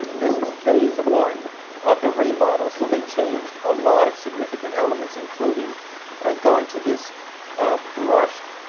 this is phase one of the remodel, so they changed a lot of significant elements, including going to this brushed